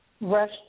rush